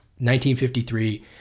1953